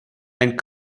and